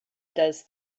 does